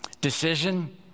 decision